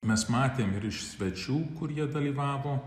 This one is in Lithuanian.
mes matėm ir iš svečių kurie dalyvavo